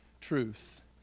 truth